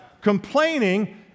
complaining